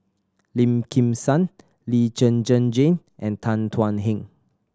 Lim Kim San Lee Zhen Zhen Jane and Tan Thuan Heng